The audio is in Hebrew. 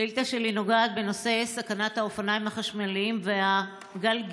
השאילתה שלי נוגעת בנושא סכנת האופניים החשמליים והגלגינועים.